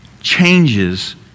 changes